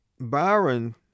Byron